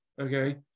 okay